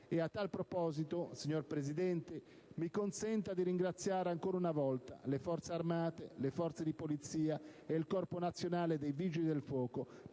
E a tal proposito, signor Presidente, mi consenta di ringraziare ancora una volta le Forze armate, le Forze di polizia e il Corpo nazionale dei vigili del fuoco